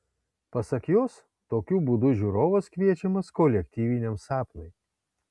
pasak jos tokiu būdu žiūrovas kviečiamas kolektyviniam sapnui